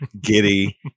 Giddy